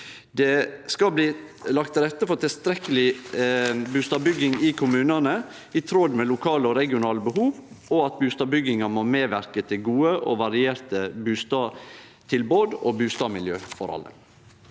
Det skal bli lagt til rette for tilstrekkeleg bustadbygging i kommunane, i tråd med lokale og regionale behov, og at bustadbygginga må medverke til gode og varierte bustadtilbod og bumiljø for alle.